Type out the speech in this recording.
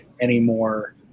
anymore